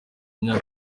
imyaka